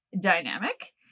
dynamic